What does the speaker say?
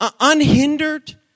unhindered